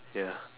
ya